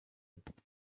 gicuti